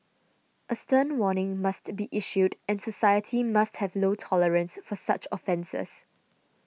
a stern warning must be issued and society must have low tolerance for such offences